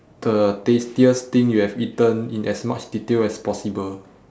the tastiest thing you have eaten in as much detail as possible